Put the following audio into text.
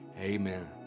amen